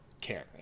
care